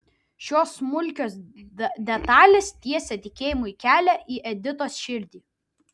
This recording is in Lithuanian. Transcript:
šios smulkios detalės tiesė tikėjimui kelią į editos širdį